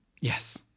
yes